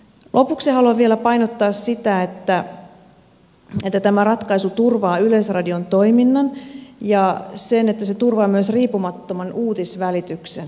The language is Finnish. lopuksi haluan vielä painottaa sitä että tämä ratkaisu turvaa yleisradion toiminnan ja sitä että se turvaa myös riippumattoman uutisvälityksen